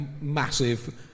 massive